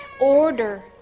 order